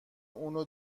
اونو